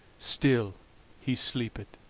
still he sleepit,